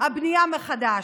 הבנייה מחדש.